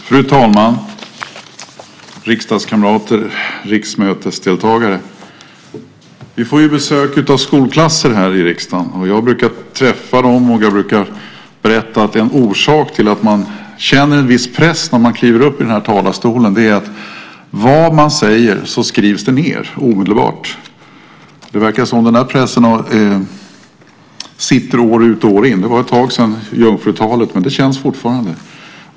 Fru talman! Riksdagskamrater, riksmötesdeltagare! Vi brukar få besök av skolklasser här i riksdagen. Jag brukar träffa dem och berättar då att en orsak till att man känner en viss press när man kliver upp i den här talarstolen är att vad man än säger skrivs det ned omedelbart. Det verkar som om den pressen sitter i år ut och år in. Det var ett tag sedan jag höll jungfrutalet, men det känns fortfarande.